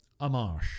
Amash